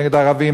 נגד ערבים,